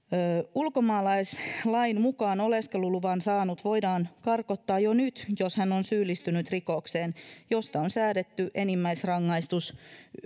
ulkomaalaislain mukaan oleskeluluvan saanut voidaan karkottaa jo nyt jos hän on syyllistynyt rikokseen josta on säädetty enimmäisrangaistus